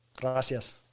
gracias